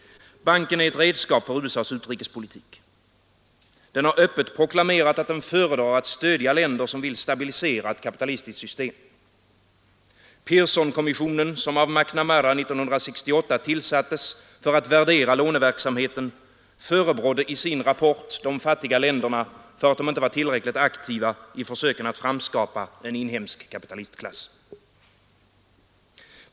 Banken är ett redskap för USA:s utrikespolitik. Den har öppet proklamerat att den föredrar att stödja länder som vill stabilisera ett kapitalistiskt system. Pearsonkommissionen, som av McNamara 1968 tillsattes för att värdera låneverksamheten, förebrådde i sin rapport de fattiga länderna för att de inte var tillräckligt aktiva i försöken att framskapa en inhemsk kapitalistklass.